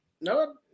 no